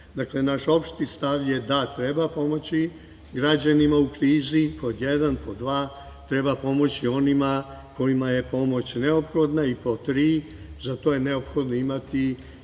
evra. Dakle, naš opšti stav je da treba pomoći građanima u krizi, pod jedan. Pod dva, treba pomoći onima kojima je pomoć neophodna. Pod tri, za to je neophodno imati